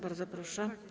Bardzo proszę.